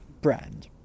brand